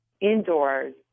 indoors